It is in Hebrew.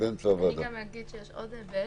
יש עוד היבט,